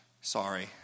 Sorry